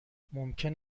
ممکن